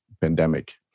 pandemic